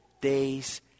days